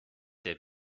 der